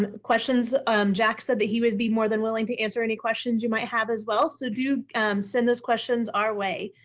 ah questions um jack said that he would be more than willing to answer any questions you might have as well. so do send those questions our way.